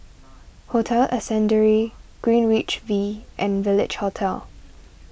Hotel Ascendere Greenwich V and Village Hotel